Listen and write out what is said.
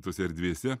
tose erdvėse